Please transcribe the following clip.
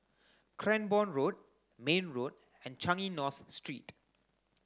Cranborne Road Mayne Road and Changi North Street